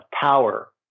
power